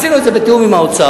עשינו את זה בתיאום עם האוצר.